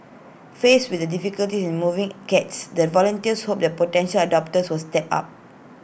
faced with the difficulties in moving cats the volunteers hope that potential adopters will step up